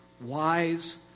wise